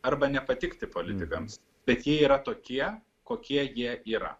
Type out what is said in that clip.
arba nepatikti politikams bet jie yra tokie kokie jie yra